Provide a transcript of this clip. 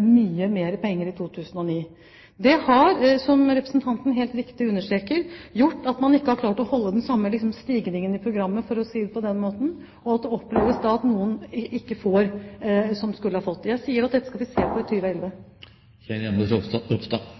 mye mer penger i 2009. Det har – som representanten helt riktig understreker – ført til at man ikke har klart å holde den samme stigningen i programmet, for å si det på den måten, og at det oppleves at noen som ikke får, skulle ha fått. Dette skal vi se på i